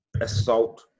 assault